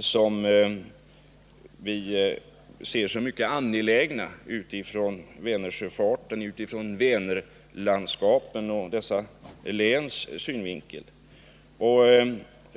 som vi ser det som mycket angeläget ur Vänersjöfartens, Vänerlandskapens och dessa läns synvinkel att lösa.